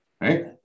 right